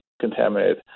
contaminated